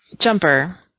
Jumper